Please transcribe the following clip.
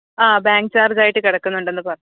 ആ bank charge ആയിട്ട് കിടക്കുന്നുണ്ടെന്ന് പറഞ്ഞു